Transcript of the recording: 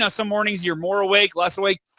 ah some mornings you're more awake, less awake.